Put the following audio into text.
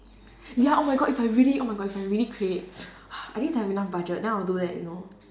ya oh my god if I really oh my god if I really create I need to have enough budget then I'll do that you know